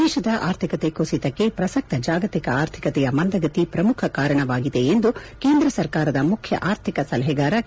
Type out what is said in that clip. ದೇಶದ ಆರ್ಥಿಕತೆ ಕುಸಿತಕ್ಕೆ ಪ್ರಸಕ್ತ ಜಾಗತಿಕ ಆರ್ಥಿಕತೆಯ ಮಂದಗತಿ ಪ್ರಮುಖ ಕಾರಣವಾಗಿದೆ ಎಂದು ಕೇಂದ್ರ ಸರ್ಕಾರದ ಮುಖ್ಯ ಆರ್ಥಿಕ ಸಲಹೆಗಾರ ಕೆ